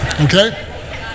Okay